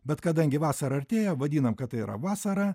bet kadangi vasara artėja vadinam kad tai yra vasara